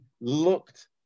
looked